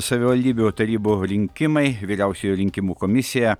savivaldybių tarybų rinkimai vyriausioji rinkimų komisija